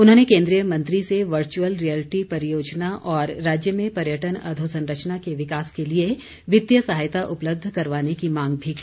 उन्होंने केन्द्रीय मंत्री से वर्चुअल रियलिटी परियोजना और राज्य में पर्यटन अधोसंरचना के विकास के लिए वित्तीय सहायता उपलब्ध करवाने की मांग भी की